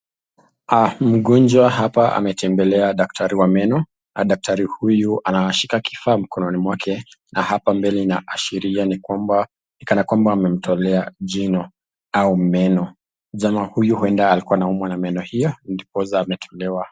Mgonjwa hapa ametembelea daktariwameno, daktari huyu ameshikilia kifaa mkononi mwake na hapa mbele inaashiria ni kana kwamba amemtolea jino au meno. Jama huyu huenda alikua anaumwa na meno hiyo ndiposa ametolewa.